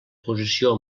posició